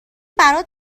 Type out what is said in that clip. برات